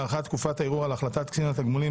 הארכת תקופת הערעור על החלטת קצין התגמולים),